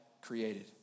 created